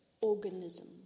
organism